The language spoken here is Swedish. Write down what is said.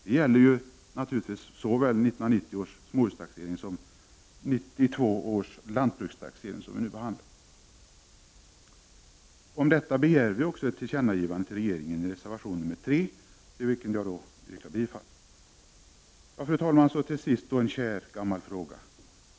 Det gäller naturligtvis såväl 1990 års småhustaxering som 1992 års lantbrukstaxering, som vi nu diskuterar. Om detta begär vi ett tillkännagivande från riksdagen till regeringen i reservation nr 3, till vilken jag yrkar bifall. Fru talman! Slutligen vill jag ta upp en kär gammal fråga.